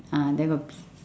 ah then got pi~